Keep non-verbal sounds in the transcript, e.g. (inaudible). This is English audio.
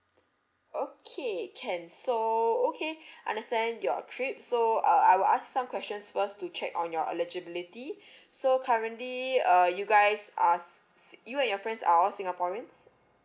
okay can so okay (breath) understand your trip so uh I will ask some questions first to check on your eligibility (breath) so currently uh you guys uh s~ s~ you and your friends are all singaporeans